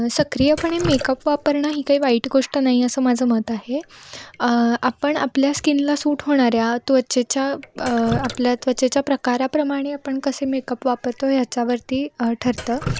सक्रियपणे मेकअप वापरणं ही काही वाईट गोष्ट नाही असं माझं मत आहे आपण आपल्या स्किनला सूट होणाऱ्या त्वचेच्या आपल्या त्वचेच्या प्रकाराप्रमाणे आपण कसे मेकअप वापरतो ह्याच्यावरती ठरतं